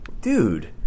dude